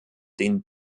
den